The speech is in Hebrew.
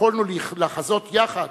ויכולנו לחזות יחד,